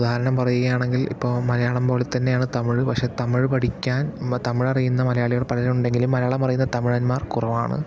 ഉദാഹരണം പറയുകയാണെങ്കിൽ ഇപ്പോൾ മലയാളം പോലെത്തന്നെയാണ് തമിഴ് പക്ഷെ തമിഴ് പഠിക്കാൻ ഇപ്പം തമിഴറിയുന്ന മലയാളികൾ പലരുണ്ടെങ്കിലും മലയാളം അറിയുന്ന തമിഴന്മാർ കുറവാണ്